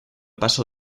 paso